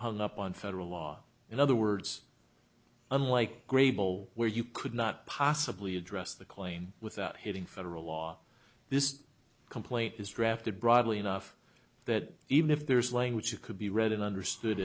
hung up on federal law in other words unlike grable where you could not possibly address the claim without hitting federal law this complaint is drafted broadly enough that even if there is language you could be read and understood